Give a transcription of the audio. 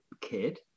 kid